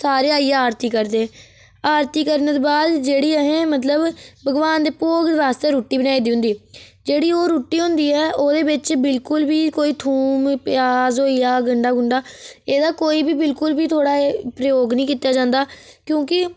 सारे आइयै आरती करदे आरती करने दे बाद जेह्ड़ी अहें मतलब भगवान दे भोग आस्तै रूट्टी बनाई दी हुंदी जेह्ड़ी ओह् रूट्टी हुंदी ऐ ओह्दे बेिच बिल्कुल बी कोई थोम प्याज होई गेआ गंढा गुंढा एह्दा बिल्कुल बी थोह्ड़ा जेहा प्रयोग नी कीता जंदा क्योंकि